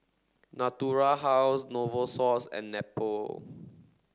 Natura House Novosource and Nepro